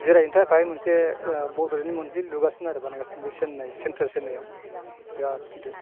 जिरायनो थाखाय मोनसे बडलेण्डनि मोनसे लुगासिनो आरो बानायगासिनो बे चेन्नाइ सेन्ट्रेल चेन्नाइयाव बिराद गिदिर